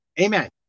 amen